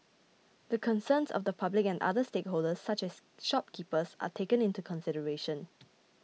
the concerns of the public and other stakeholders such as shopkeepers are taken into consideration